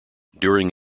during